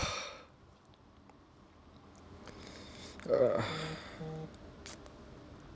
ugh